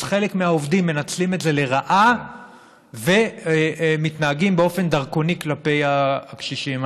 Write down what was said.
אז חלק מהעובדים מנצלים את זה לרעה ומתנהגים באופן דרקוני כלפי הקשישים.